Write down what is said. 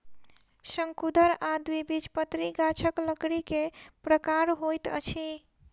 शंकुधर आ द्विबीजपत्री गाछक लकड़ी के प्रकार होइत अछि